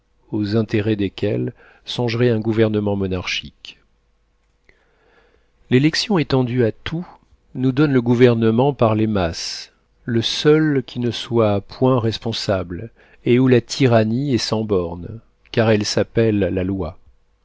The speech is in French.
aux intérêts desquelles songerait un gouvernement monarchique l'élection étendue à tout nous donne le gouvernement par les masses le seul qui ne soit point responsable et où la tyrannie est sans bornes car elle s'appelle la loi